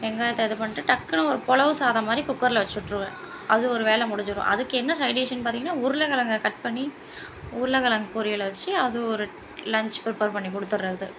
வெங்காயத்தை இது பண்ணிட்டு டக்குன்னு ஒரு புலவு சாதம் மாதிரி குக்கரில் வச்சு விட்ருவேன் அது ஒரு வேலை முடிஞ்சிடும் அதுக்கு என்ன சைட் டிஷ்ஷுன்னு பார்த்தீங்கன்னா உருளக்கெழங்க கட் பண்ணி உருளக்கெழங்கு பொரியலை வச்சு அது ஒரு லன்ச்சு ப்ரிப்பேர் பண்ணி கொடுத்துர்றது